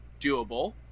doable